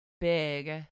Big